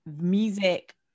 music